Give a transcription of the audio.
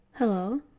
Hello